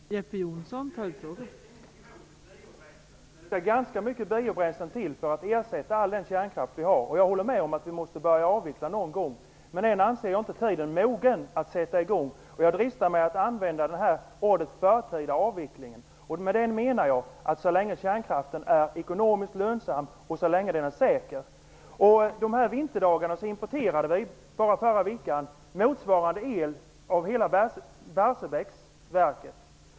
Fru talman! Vi har definitivt ingenting emot biobränslen, men det krävs ganska mycket biobränslen för att ersätta all den kärnkraft vi har. Jag håller med om att vi måste börja avveckla någon gång. Men jag anser att tiden ännu inte är mogen att sätta i gång. Jag dristar mig att använda begreppet förtida avveckling, och det är vad det är fråga om så länge kärnkraften är ekonomiskt lönsam och så länge den är säker. Förra veckan importerade vi el motsvarande hela Barsebäcksverket.